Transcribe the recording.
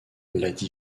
lady